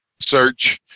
search